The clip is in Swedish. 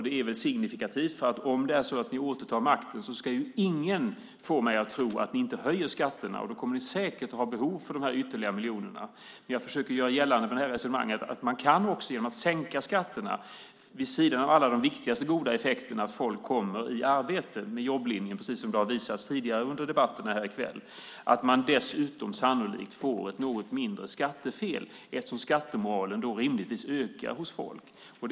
Det är signifikativt. Om det är så att ni återtar makten ska ingen få mig att tro att ni inte höjer skatterna. Då kommer ni säkert att ha behov av de ytterligare miljonerna. Jag försöker med det här resonemanget göra gällande att man genom att sänka skatterna vid sidan av alla de viktigaste goda effekterna i form av att människor kommer i arbete med jobblinjen, precis som det har visat sig tidigare under debatten här i kväll, sannolikt kan få ett något mindre skattefel, eftersom skattemoralen rimligtvis ökar hos människor.